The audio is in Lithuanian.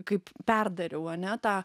kaip perdariau ane tą